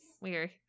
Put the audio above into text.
Weird